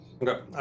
Okay